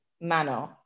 manner